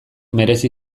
merezi